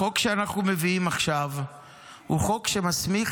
החוק שאנחנו מביאים עכשיו הוא חוק שמסמיך